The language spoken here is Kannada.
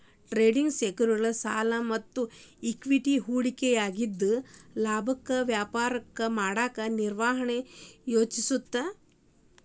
ಟ್ರೇಡಿಂಗ್ ಸೆಕ್ಯುರಿಟಿಗಳ ಸಾಲ ಮತ್ತ ಇಕ್ವಿಟಿ ಹೂಡಿಕೆಯಾಗಿದ್ದ ಲಾಭಕ್ಕಾಗಿ ವ್ಯಾಪಾರ ಮಾಡಕ ನಿರ್ವಹಣೆ ಯೋಜಿಸುತ್ತ